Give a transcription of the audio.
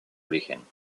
origen